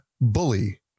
bully